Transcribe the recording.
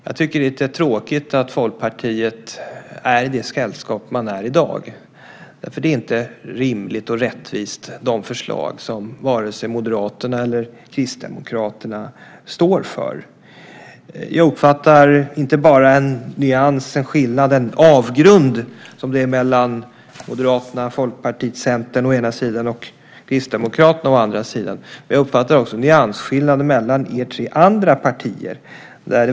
Jag tycker att det är lite tråkigt att Folkpartiet är i det sällskap där man i dag är därför att det är inte rimligt och rättvist med de förslag som vare sig Moderaterna eller Kristdemokraterna står för. Jag uppfattar inte bara en nyans, en skillnad, och den avgrund som finns mellan Moderaterna, Folkpartiet och Centern å ena sidan och Kristdemokraterna å andra sidan. Jag uppfattar också nyansskillnader mellan er i de tre andra partierna.